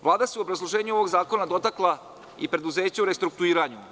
Vlada se u obrazloženju ovog zakona dotakla i preduzeća u restrukturiranju.